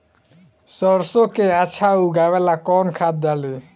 सरसो के अच्छा उगावेला कवन खाद्य डाली?